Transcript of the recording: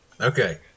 Okay